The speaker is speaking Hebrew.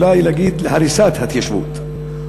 אולי להגיד להריסת ההתיישבות.